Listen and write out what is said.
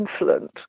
insolent